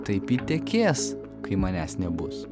taip ji tekės kai manęs nebus